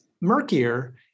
murkier